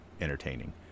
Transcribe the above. entertaining